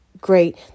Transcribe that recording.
great